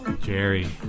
jerry